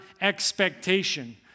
expectation